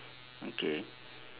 okay